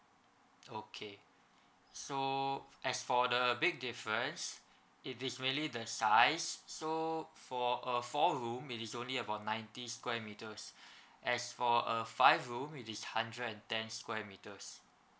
okay so as for the big difference it is really that size so for a four room is only about ninety square meters as for a five room with this hundred and ten square meters